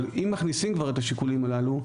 אבל אם מכניסים כבר את השיקולים הללו,